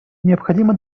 необходимо